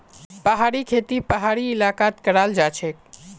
पहाड़ी खेती पहाड़ी इलाकात कराल जाछेक